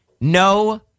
no